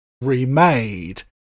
remade